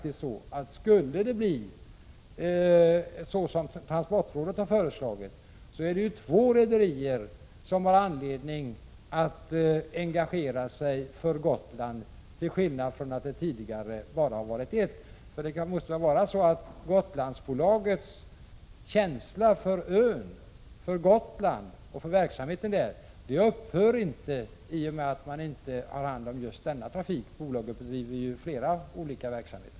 Skulle det bli som transportrådet föreslagit blir det två rederier som har anledning att engagera sig för Gotland, till skillnad från tidigare bara ett. Det måste väl vara så att Gotlandsbolagets känsla för ön och för verksamheten där inte upphör i och med att man inte har hand om just denna trafik. Bolaget bedriver ju flera olika verksamheter.